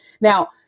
Now